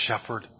shepherd